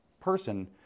person